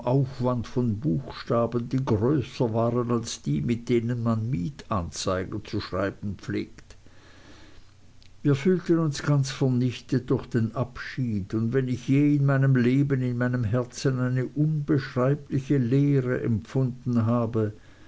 aufwand von buchstaben ein die größer waren als die mit denen man mietanzeigen zu schreiben pflegt wir fühlten uns ganz vernichtet durch den abschied und wenn ich je in meinem leben in meinem herzen eine unbeschreibliche leere empfunden habe